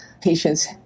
patients